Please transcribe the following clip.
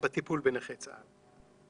בטיפול בנכי צה"ל.